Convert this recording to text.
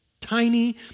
tiny